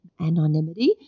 anonymity